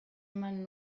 eman